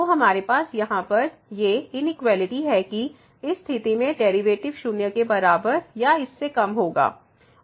तो हमारे पास यहाँ पर ये इनइक्वालिटी है कि इस स्थिति में डेरिवेटिव 0 के बराबर या इससे कम होगा